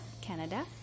Canada